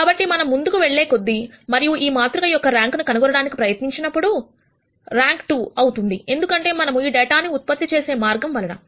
కాబట్టి మనం ముందుకు వెళ్లే కొద్దీ మరియు ఈ మాతృక యొక్క ర్యాంకును కనుగొనడానికి ప్రయత్నించినప్పుడు ర్యాంకు 2 అవుతుంది ఎందుకంటే మనము ఈ డేటాను ఉత్పత్తి చేసిన మార్గం వలన